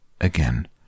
again